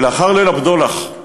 ולאחר "ליל הבדולח"